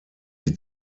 die